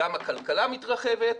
גם הכלכלה מתרחבת,